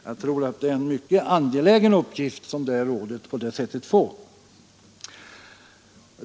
Jag tror att det är en mycket 123 angelägen uppgift som rådet på det sättet får.